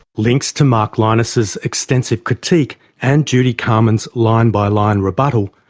links to mark lynas' extensive critique and judy carman's line by line rebuttal,